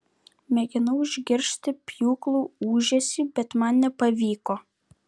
mėginau išgirsti pjūklų ūžesį bet man nepavyko